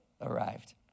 arrived